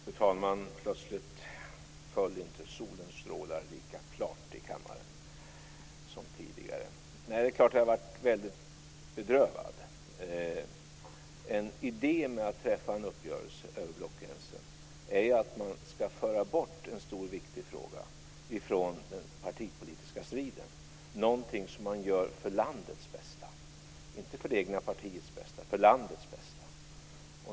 Fru talman! Plötsligt föll solens strålar inte lika klart i kammaren som tidigare. Det är klart att jag har varit väldigt bedrövad. En idé med att träffa en uppgörelse över blockgränsen är att man ska föra bort en stor och viktig fråga från den partipolitiska striden. Det är något som man gör för landets bästa, inte för det egna partiets bästa.